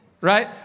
Right